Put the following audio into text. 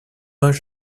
vingts